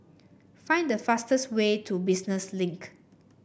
find the fastest way to Business Link